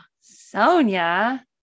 Sonia